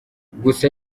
gusa